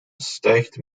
stijgt